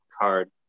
card